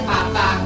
Papa